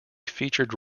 featured